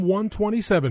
127